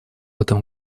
этом